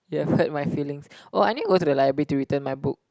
you've hurt my feelings oh I need go to the library to return my book